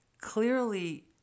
clearly